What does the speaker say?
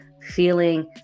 feeling